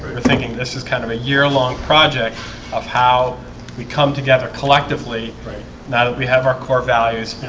we're thinking this is kind of a year-long project of how we come together collectively now that we have our core values.